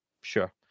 Sure